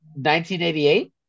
1988